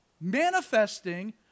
manifesting